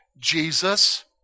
Jesus